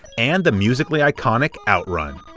and the musically-iconic outrun.